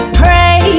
pray